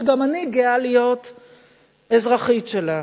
שגם אני גאה להיות אזרחית שלה.